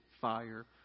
fire